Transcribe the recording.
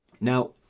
Now